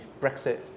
Brexit